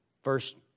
First